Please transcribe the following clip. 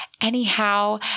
Anyhow